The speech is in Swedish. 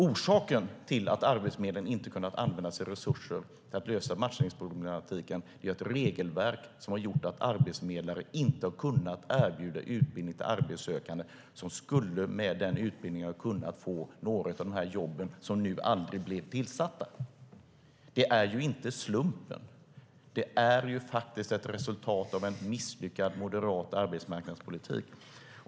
Orsaken till att Arbetsförmedlingen inte har kunnat använda sina resurser för att lösa matchningsproblematiken är ett regelverk som har gjort att arbetsförmedlare inte kunnat erbjuda utbildning till arbetssökande som med den utbildningen skulle ha kunnat få några av de jobb som nu aldrig blev tillsatta. Detta är inte en slump utan ett resultat av en misslyckad moderat arbetsmarknadspolitik.